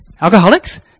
alcoholics